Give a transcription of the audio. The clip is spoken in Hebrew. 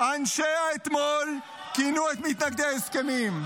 "אנשי האתמול" כך כינו את מתנגדי ההסכמים.